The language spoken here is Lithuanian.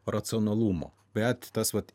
racionalumo bet tas vat